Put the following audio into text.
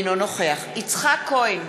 אינו נוכח יצחק כהן,